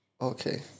Okay